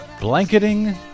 blanketing